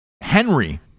Henry